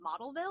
Modelville